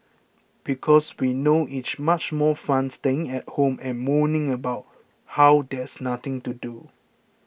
because we know it's much more fun staying at home and moaning about how there's nothing to do